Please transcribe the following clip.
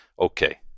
okay